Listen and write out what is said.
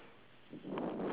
what did you draw